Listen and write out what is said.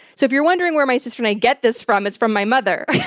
so, if you're wondering where my sister and i get this from, it's from my mother!